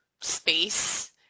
space